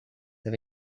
have